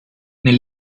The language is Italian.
nel